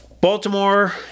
Baltimore